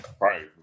Right